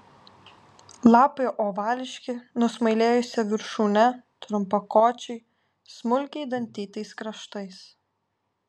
lapai ovališki nusmailėjusia viršūne trumpakočiai smulkiai dantytais kraštais